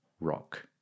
rock